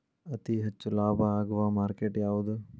ಅತಿ ಹೆಚ್ಚು ಲಾಭ ಆಗುವ ಮಾರ್ಕೆಟ್ ಯಾವುದು?